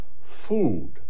Food